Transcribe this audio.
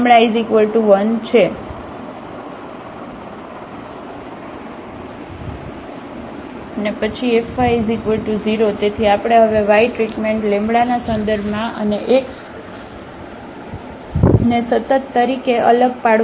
અને પછી Fy0 તેથી આપણે હવે y ટ્રીટમેન્ટ ના સંદર્ભમાં અને x ને સતત તરીકે અલગ પાડવું પડશે